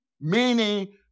Meaning